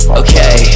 okay